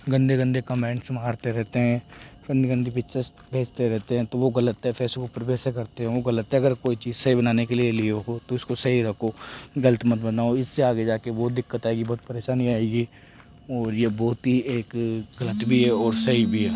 गंदे गंदे कमेंट्स मारते रहते हैं गंदी गंदी पिक्चर्स भेजते रहते हैं तो वो गलत है फेसबुक पर भी ऐसा करते हों गलत है अगर कोई चीज सही बनाने के लिए लिए हो तो इसको सही रखो गलत मत बनाओ इस्से आगे जाके बहुत दिक्कत आएगी बहुत परेशानी आएगी और यह बहुत ही एक गलत भी है और सही भी है